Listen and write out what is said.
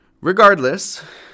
Regardless